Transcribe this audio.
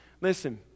Listen